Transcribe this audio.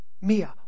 Mia